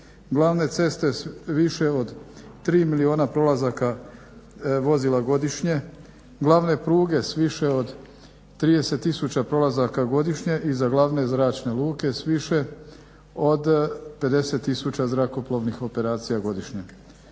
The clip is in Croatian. glavne ceste s više od 3 milijuna prolazaka vozila godišnje, glavne pruge s više od 30 000 prolazaka godišnje i za glavne zračne luke s više od 50000 zrakoplovnih operacija godišnje.